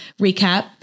recap